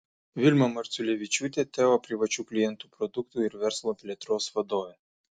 vilma marciulevičiūtė teo privačių klientų produktų ir verslo plėtros vadovė